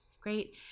great